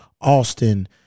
Austin